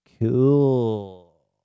Cool